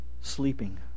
sleeping